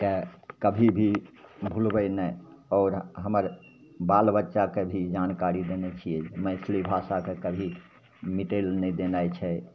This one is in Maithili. के अभी भी भुलबै नहि आओर हमर बाल बच्चाके भी जानकारी देने छिए मैथिली भाषाके कभी मिटै ले नहि देनाइ छै